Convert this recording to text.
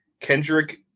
Kendrick